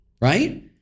right